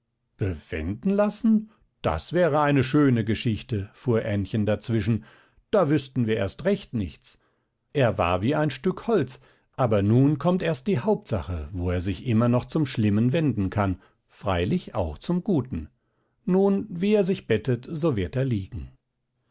bewenden lassen das wäre eine schöne geschichte fuhr ännchen dazwischen da wüßten wir erst recht nichts er war wie ein stück holz aber nun kommt erst die hauptsache wo er sich immer noch zum schlimmen wenden kann freilich auch zum guten nun wie er sich bettet so wird er liegen